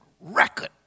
record